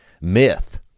myth